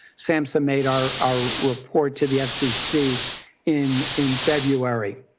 samhsa made our our report to the fcc in in february.